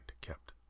kept